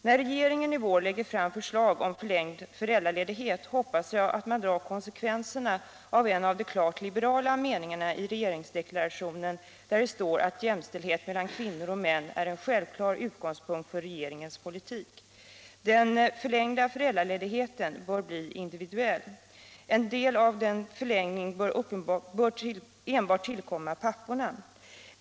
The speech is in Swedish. När regeringen i vår lägger fram förslag om förlängd föräldraledighet hoppas jag att man drar konsekvenserna av en av de klart liberala meningarna i regeringsdeklarationen där det står: ”Jämställdhet mellan kvinnor och män är en självklar utgångspunkt för regeringens politik.” Den förlängda föräldraledigheten bör bli individuell. En del av den förlängningen bör enbart tillkomma papporna.